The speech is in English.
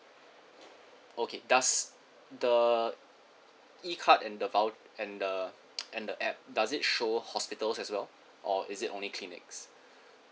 okay does the E card and the voucher and the and the app does it show hospitals as well or is it only clinics